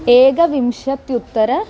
एकविंशत्युत्तर